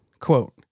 Quote